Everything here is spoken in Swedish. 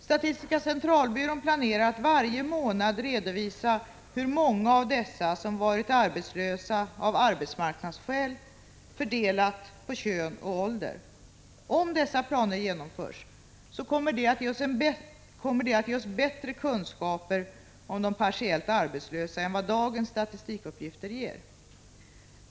SCB planerar att varje månad redovisa hur många av dessa som varit arbetslösa av arbetsmarknadsskäl, fördelat på kön och ålder. Om dessa planer genomförs, kommer det att ge oss bättre kunskaper om de partiellt arbetslösa än vad dagens statistikuppgifter ger.